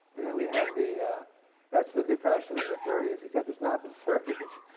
and then we have the that's the depression of the thirty s except it's not the thirty s.